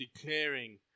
declaring